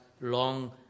long